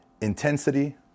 intensity